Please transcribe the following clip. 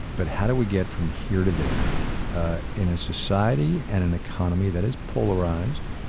but how do we get from here to there in a society and an economy that is polarized,